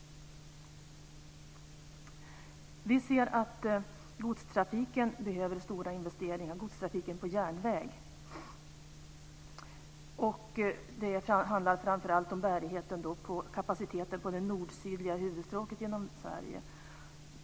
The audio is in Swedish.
Vi menar att godstrafiken på järnväg behöver stora investeringar. Det handlar framför allt om kapaciteten på det nord-sydliga huvudstråket genom Sverige.